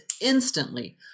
instantly